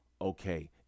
Okay